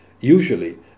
usually